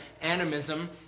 animism